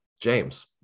James